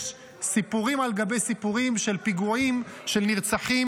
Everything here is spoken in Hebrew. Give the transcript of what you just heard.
יש סיפורים על גבי סיפורים של פיגועים, של נרצחים.